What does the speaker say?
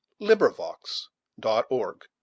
LibriVox.org